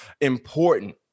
important